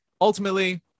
ultimately